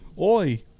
Oi